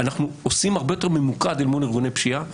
אנחנו עושים הרבה יותר ממוקד אל מול ארגוני פשיעה.